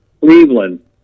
Cleveland